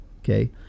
okay